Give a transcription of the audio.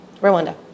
Rwanda